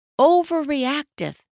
overreactive